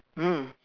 mm